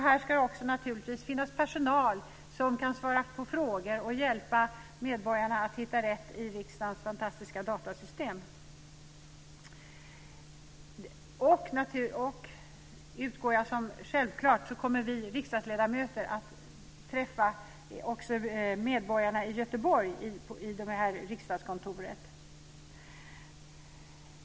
Här ska det också naturligtvis finnas personal som kan svara på frågor och hjälpa medborgarna att hitta rätt i riksdagens fantastiska datasystem. Jag utgår också från att vi riksdagsledamöter självfallet också kommer att träffa medborgarna i Göteborg i detta riksdagskontor.